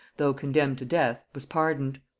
though condemned to death, was pardoned.